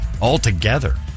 altogether